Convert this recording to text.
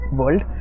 world